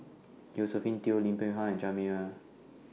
Josephine Teo Lim Peng Han and Jia Me Wai